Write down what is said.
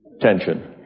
tension